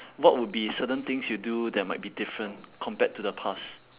what would be certain things you do that might be different compared to the past